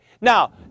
Now